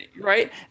right